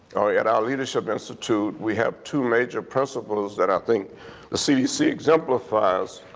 ah at our leadership institute we have two major principles that i think the cdc exemplifies.